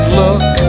look